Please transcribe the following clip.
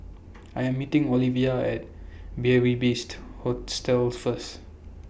I Am meeting Ovila At Beary Best Hostel First